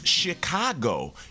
Chicago